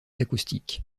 acoustique